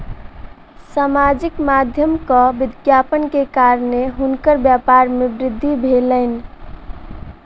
सामाजिक माध्यमक विज्ञापन के कारणेँ हुनकर व्यापार में वृद्धि भेलैन